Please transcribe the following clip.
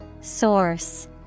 Source